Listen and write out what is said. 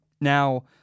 Now